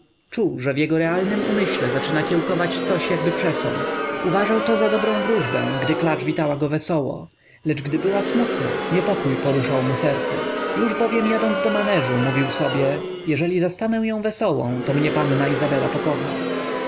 że w jego realnym umyśle zaczyna kiełkować coś jakby przesąd uważał to za dobrą wróżbę gdy klacz witała go wesoło lecz gdy była smutna niepokój poruszał mu serce już bowiem jadąc do maneżu mówił sobie jeżeli zastanę ją wesołą to mnie panna izabela pokocha